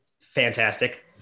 Fantastic